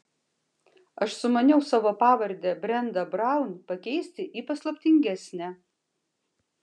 aš sumaniau savo pavardę brenda braun pakeisti į paslaptingesnę